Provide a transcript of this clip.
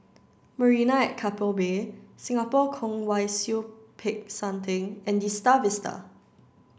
Marina at Keppel Bay Singapore Kwong Wai Siew Peck San Theng and The Star Vista